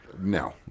No